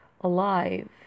alive